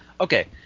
okay